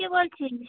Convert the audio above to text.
কে বলছিস